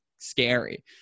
scary